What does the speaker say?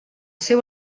seu